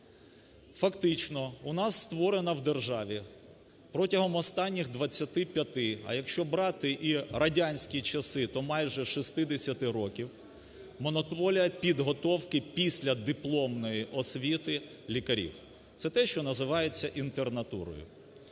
Фактично нас створена в державі протягом останніх 25, а якщо брати і радянські часи, то майже 60 років, монополія підготовки післядипломної освіти лікарів. Це те, що називається інтернатурою.